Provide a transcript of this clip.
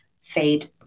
fade